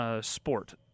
Sport